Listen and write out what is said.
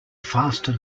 faster